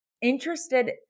Interested